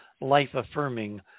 life-affirming